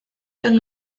yng